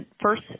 first